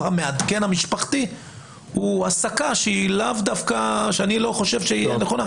המעדכן המשפחתי הוא הסקה שאני לא חושב שהיא נכונה.